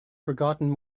forgotten